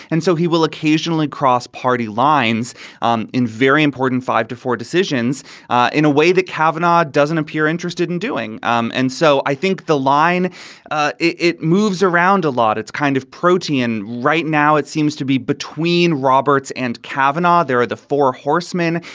and so he will occasionally cross party lines in very important five to four decisions in a way that kavanaugh doesn't appear interested in doing. um and so i think the line ah it it moves around a lot. it's kind of protean. right now, it seems to be between roberts and kavanaugh. there are the four horsemen,